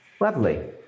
lovely